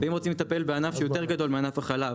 ואם רוצים לטפל בענף שהוא יותר גדול מענף החלב